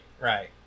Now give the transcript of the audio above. right